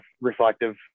reflective